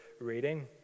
reading